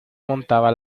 montaba